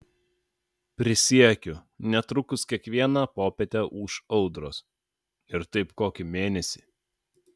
prisiekiu netrukus kiekvieną popietę ūš audros ir taip kokį mėnesį